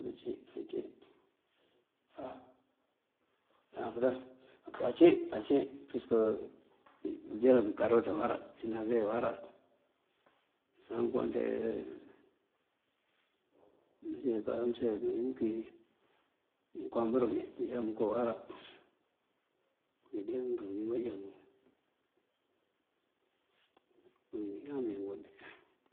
Ací ací; á ankëëndaŋ ací, ací puwisëk bëënjáa karot awara, inavet awara. Saŋ kontee mëënsek amsek mëënkiy mëënkoom bërëmbi bëënjá moonko awara ngëde ngan ngi bëjagan ngiimbáan megun.